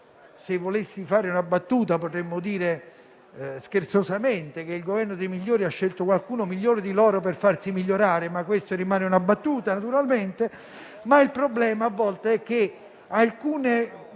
Se volessi fare una battuta, potremmo dire scherzosamente che il Governo dei migliori ha scelto qualcuno migliore di loro per farsi migliorare. Questa rimane una battuta, ma il problema, a volte, è che alcune